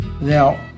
Now